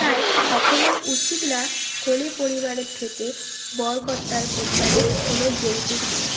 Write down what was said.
তাই কখনোই উচিত না কনে পরিবারের থেকে বরকর্তার পরিবারের কোনো যৌতুক নেয়া